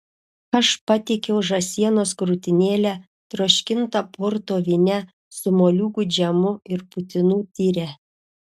aš patiekiau žąsienos krūtinėlę troškintą porto vyne su moliūgų džemu ir putinų tyre